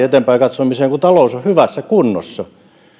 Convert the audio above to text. eteenpäin katsomiseen on tilaa kun talous on hyvässä kunnossa